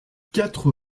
quatre